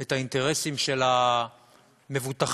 את האינטרסים של המבוטחים,